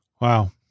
Wow